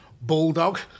Bulldog